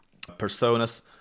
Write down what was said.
personas